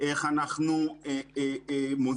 ואיך אנחנו מוזילים.